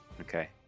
okay